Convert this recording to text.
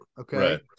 okay